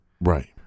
Right